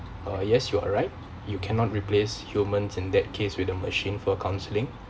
uh yes you are right you cannot replace humans in that case with a machine for counselling